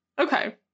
Okay